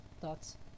thoughts